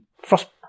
Frost